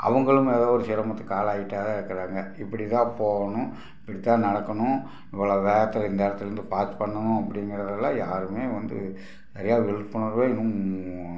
அவங்களும் எதோ ஒரு சிரமத்துக்கு ஆளாகிட்டே தான் இருக்கிறாங்க இப்படி தான் போகணும் இப்படி தான் நடக்கணும் இவ்வளோ வேகத்தில் இந்த இடத்துலேருந்து ஃபாஸ்ட் பண்ணணும் அப்படிங்கிறதெல்லாம் யாருமே வந்து சரியாக விழிப்புணர்வே இன்னும்